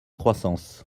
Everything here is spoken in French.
croissance